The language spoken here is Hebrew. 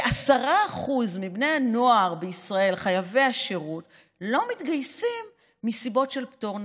כ-10% מבני הנוער בישראל חייבי השירות לא מתגייסים מסיבות של פטור נפשי.